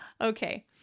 okay